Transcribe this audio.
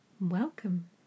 Welcome